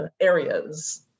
areas